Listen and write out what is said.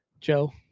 joe